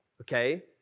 okay